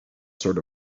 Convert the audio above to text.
sort